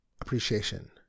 appreciation